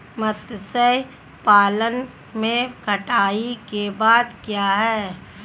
मत्स्य पालन में कटाई के बाद क्या है?